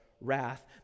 wrath